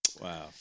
Wow